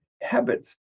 habits